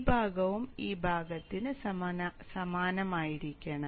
ഈ ഭാഗവും ഈ ഭാഗത്തിന് സമാനമായിരിക്കണം